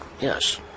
Yes